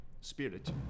Spirit